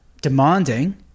demanding